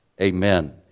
amen